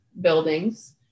buildings